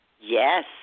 Yes